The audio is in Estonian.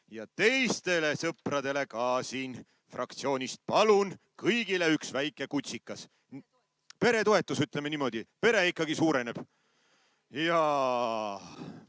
ja teistele sõpradele fraktsioonist ka: palun, kõigile üks väike kutsikas. Peretoetus, ütleme niimoodi, pere ikkagi suureneb. Jaa,